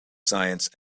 science